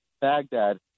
Baghdad